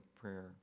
prayer